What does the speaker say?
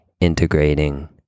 integrating